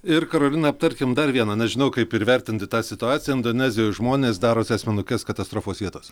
ir karolina aptarkim dar vieną nežinau kaip ir vertinti tą situaciją indonezijoj žmonės daros asmenukes katastrofos vietos